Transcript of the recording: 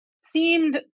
seemed